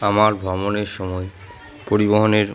আমার ভ্রমণের সময় পরিবহনের